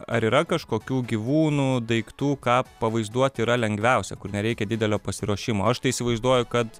ar yra kažkokių gyvūnų daiktų ką pavaizduoti yra lengviausia kur nereikia didelio pasiruošimo aš tai įsivaizduoju kad